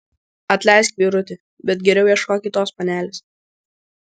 atleisk vyruti bet geriau ieškok kitos panelės